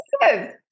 yes